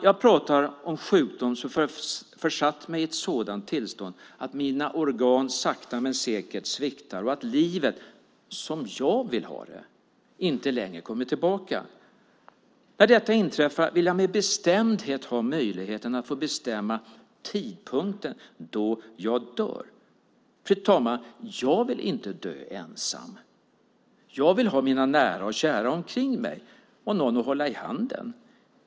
Jag pratar om sjukdom som försatt mig i ett sådant tillstånd att mina organ sakta men säkert sviktar och att livet som jag vill ha det inte längre kommer tillbaka. När detta inträffar vill jag med bestämdhet ha möjligheten att få bestämma den tidpunkt då jag dör. Jag vill inte dö ensam. Jag vill ha mina nära och kära omkring mig och någon att hålla i handen.